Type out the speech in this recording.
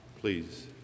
Please